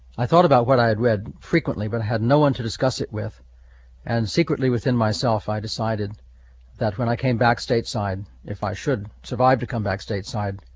i thought about what i had read frequently, but i had no one to discuss it with and secretly within myself, i decided that when i came back stateside, if i should survive to come back stateside,